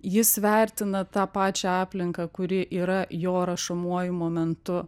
jis vertina tą pačią aplinką kuri yra jo rašomuoju momentu